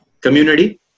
community